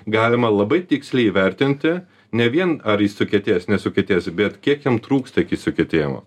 galima labai tiksliai įvertinti ne vien ar jis sukietėjęs nesukietėjęs bet kiek jam trūksta iki sukietėjimo